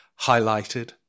highlighted